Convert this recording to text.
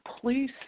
please